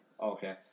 Okay